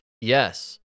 Yes